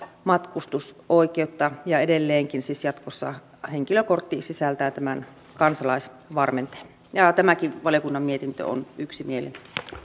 matkustusoikeutta ja edelleenkin siis jatkossa henkilökortti sisältää tämän kansalaisvarmenteen tämäkin valiokunnan mietintö on yksimielinen